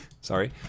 Sorry